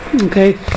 Okay